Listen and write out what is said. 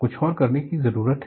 कुछ और करने की जरूरत है